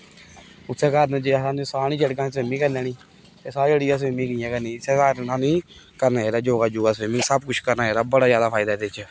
उसै कारण जे असें गी साह् निं चढ़गा ते असें स्विमिंग करी लैनी जे साह् चढ़िया ते स्विमिंग कि'यां करनी इस्सै कारण असें ई करना चाहिदा योगा यूगा स्विमिंग सब कुछ करना चाहिदा बड़ा जादा फायदा ऐ एह्दे च